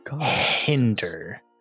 hinder